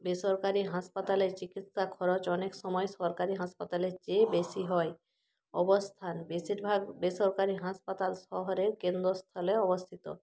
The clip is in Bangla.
বেসরকারি হাসপাতালের চিকিৎসা খরচ অনেক সময় সরকারি হাসপাতালের চেয়ে বেশি হয় অবস্থান বেশিরভাগ বেসরকারি হাসপাতাল শহরের কেন্দ্রস্থলে অবস্থিত